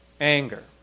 anger